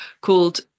called